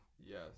Yes